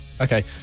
Okay